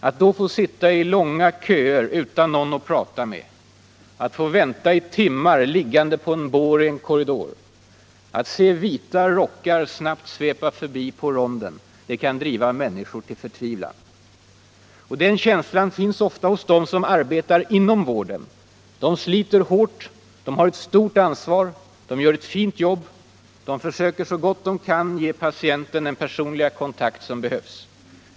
Att då få sitta i långa köer utan någon att prata med, att få vänta i timmar liggande på en bår i en korridor, att se vita rockar snabbt svepa förbi på ronden — det kan driva människor till förtvivlan. Den känslan finns ofta hos dem som arbetar inom vården. De sliter hårt, de har stort ansvar, de gör ett fint jobb, de försöker så gott de Allmänpolitisk debatt Allmänpolitisk debatt kan ge patienten den personliga kontakt som behövs.